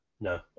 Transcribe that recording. No